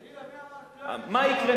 חלילה, מה יקרה?